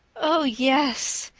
oh yes,